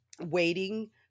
Waiting